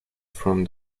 from